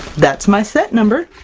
that's my set number!